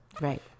Right